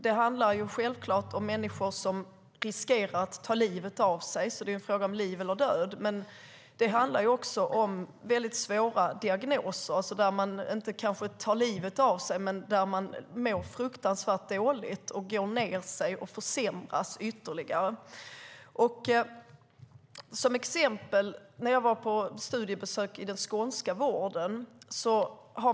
Det handlar självklart om människor som riskerar att ta livet av sig - det är alltså en fråga om liv eller död. Men det handlar också om väldigt svåra diagnoser. Man kanske inte tar livet av sig, men man mår fruktansvärt dåligt och går ned sig och försämras ytterligare. Jag kan nämna ett exempel från mitt studiebesök i den skånska vården.